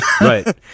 Right